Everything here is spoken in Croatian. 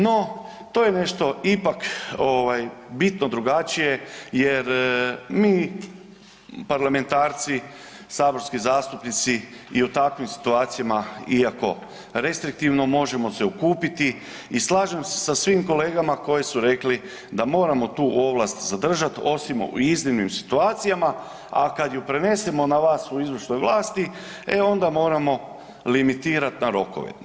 No to je nešto ipak ovaj bitno drugačije jer mi parlamentarci saborski zastupnici i u takvim situacijama iako restriktivno možemo se okupiti i slažem se sa svim kolegama koje su rekli da moramo tu ovlast zadržat osim u iznimnim situacijama, a kad ju prenesemo na vas u izvršnoj vlasti, e onda moramo limitirat na rokove.